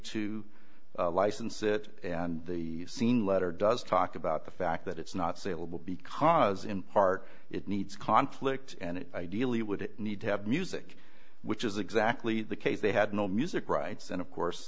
to license it and the scene letter does talk about the fact that it's not saleable because in part it needs conflict and ideally it would need to have music which is exactly the case they had no music rights and of course